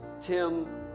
Tim